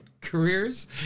careers